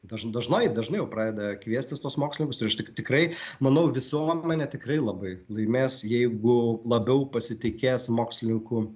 daž dažnai dažnai jau pradeda kviestis tuos mokslininkus ir aš tikrai manau visuomenė tikrai labai laimės jeigu labiau pasitikės mokslininkų